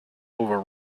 over